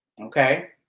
Okay